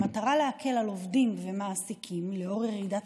במטרה להקל על עובדים ומעסיקים לאור ירידת